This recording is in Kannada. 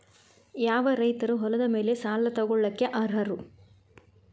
ಯಾವ ರೈತರು ಹೊಲದ ಮೇಲೆ ಸಾಲ ತಗೊಳ್ಳೋಕೆ ಅರ್ಹರು?